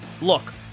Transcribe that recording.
Look